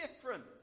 different